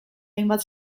hainbat